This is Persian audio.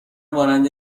مانند